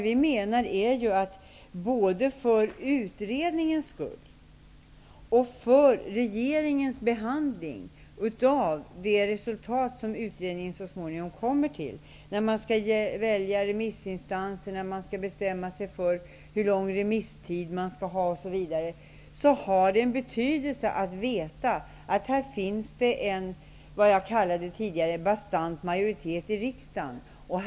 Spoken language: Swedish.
Vi menar att det både för utredningens skull och för regeringens behandling av det resultat som utredningen så småningom leder fram till, och när regeringen t.ex. skall välja remissinstanser och bestämma hur lång remisstiden skall vara osv., är av betydelse att man vet att det finns vad jag tidigare kallade för en bastant majoritet i riksdagen.